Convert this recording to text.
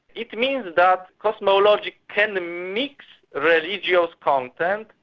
it means that cosmology can mix religious content,